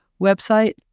website